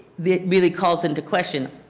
they really calls into question